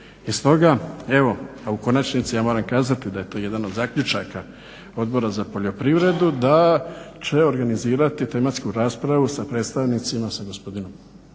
I stoga evo a u konačnici ja moram kazati da je to jedan od zaključaka Odbora za poljoprivredu da će organizirati tematsku raspravu sa predstavnicima sa gospodinom